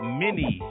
mini